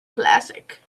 classic